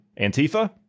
Antifa